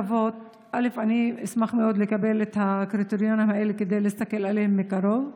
אני אשמח מאוד לקבל את הקריטריונים האלה כדי להסתכל עליהם מקרוב,